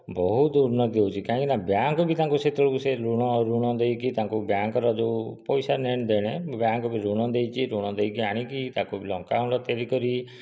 ବହୁତ ଉନ୍ନତି ହେଉଛି କାହିଁକିନା ବ୍ୟାଙ୍କ ବି ତାଙ୍କୁ ସେତେବେଳକୁ ସେ ଲୁଣ ଋଣ ଦେଇକି ତାଙ୍କୁ ବ୍ୟାଙ୍କର ଯେଉଁ ପଇସା ନେଣ ଦେଣ ବ୍ୟାଙ୍କ ବି ଋଣ ଦେଇଛି ଋଣ ଦେଇକି ଆଣିକି ତାକୁ ଲଙ୍କାଗୁଣ୍ଡ ତିଆରି କରି